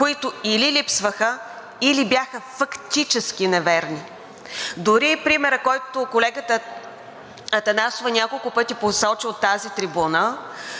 които или липсваха, или бяха фактически неверни. Дори и примера, който колегата Атанасова няколко пъти посочи от тази трибуна